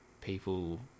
people